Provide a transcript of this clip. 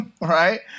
right